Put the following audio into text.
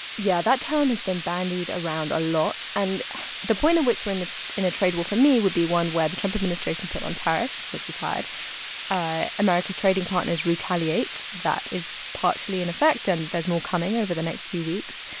yeah. that term has been bandied around a lot. and the point in which we're in a trade war for me would be one where the trump administration put on tariffs, which we've had ah america's trading partners retaliate. that is partially in effect, and there's more coming over the next few weeks.